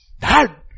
Dad